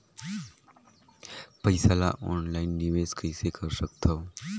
पईसा ल ऑनलाइन निवेश कइसे कर सकथव?